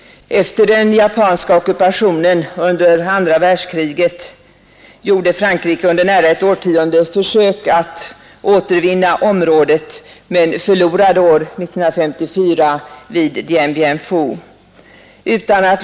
Efter den japanska ockupationen under andra världskriget gjorde Frankrike under nära ett årtionde försök att återvinna området men förlorade år 1954 vid Dien-Bien-Phu.